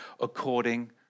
according